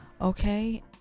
Okay